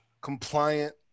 compliant